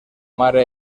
mare